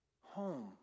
Home